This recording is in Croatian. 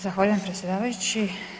Zahvaljujem predsjedavajući.